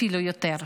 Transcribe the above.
אפילו יותר.